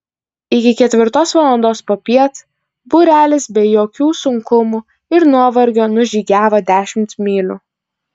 iki ketvirtos valandos popiet būrelis be jokių sunkumų ir nuovargio nužygiavo dešimt mylių